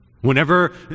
Whenever